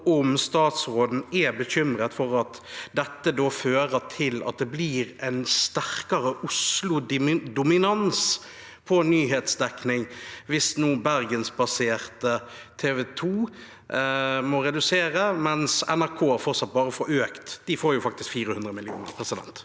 om statsråden er bekymret for at dette fører til at det blir en sterkere Oslo-dominans i nyhetsdekningen, hvis nå Bergens-baserte TV 2 må redusere, mens NRK fortsatt bare får økning – de får jo faktisk 400 mill. kr.